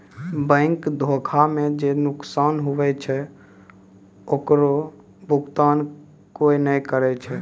bank धोखा मे जे नुकसान हुवै छै ओकरो भुकतान कोय नै करै छै